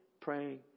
praying